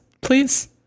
please